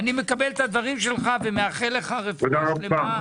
אני מקבל את הדברים שלך ומאחל לך רפואה שלמה.